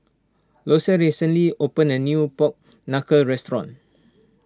Loyce recently opened a new Pork Knuckle restaurant